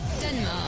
Denmark